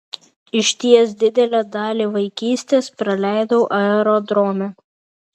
išties didelę dalį vaikystės praleidau aerodrome